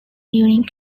during